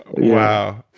wow.